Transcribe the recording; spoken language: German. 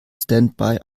standby